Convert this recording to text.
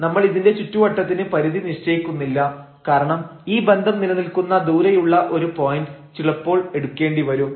നമ്മൾ ഇതിന്റെ ചുറ്റുവട്ടത്തിന് പരിധി നിശ്ചയിക്കുന്നില്ല കാരണം ഈ ബന്ധം നിലനിൽക്കുന്ന ദൂരെയുള്ള ഒരു പോയന്റ് ചിലപ്പോൾ എടുക്കേണ്ടിവരും